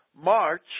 march